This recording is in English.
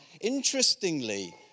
interestingly